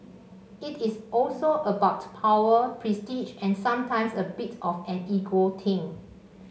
it is also about power prestige and sometimes a bit of an ego thing